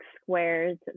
squares